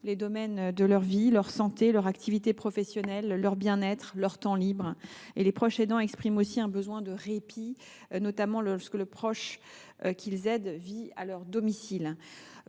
les domaines de leur vie : leur santé, leur activité professionnelle, leur bien être, leur temps libre. Aussi, ils expriment un besoin de répit, notamment lorsque le proche qu’ils aident vit à leur domicile.